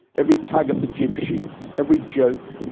every tug on the jib sheet, every joke,